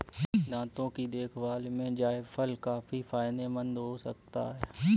दांतों की देखभाल में जायफल काफी फायदेमंद हो सकता है